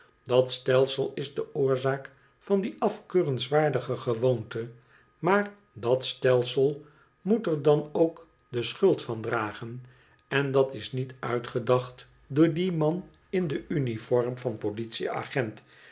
dat stelsel is do oorzaak van die afkeurenswaardige gewoonte maar dat stelsel moot er dan ook de schuld van dragen en dat is niet uitgedacht door dien man in do uniform van politie-agent